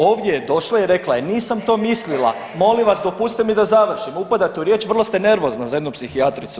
Ovdje je došla i rekla je nisam to mislila, molim vas dopustite mi da završim, upadate u riječ, vrlo ste nervozna za jednu psihijatricu.